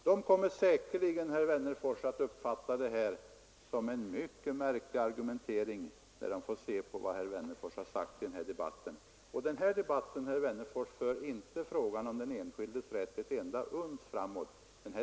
De kommer säkerligen, herr Wennerfors, att uppfatta det som en mycket märklig argumentering när de får läsa vad herr Wennerfors har sagt i den här debatten, som inte för frågan om den enskildes rätt ett enda fjät framåt.